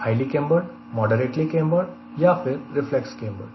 highly cambered moderately cambered या फिर reflex aerofoil